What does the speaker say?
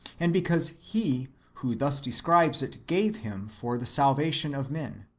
and because he who thus describes it gave him for the salvation of men.